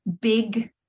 big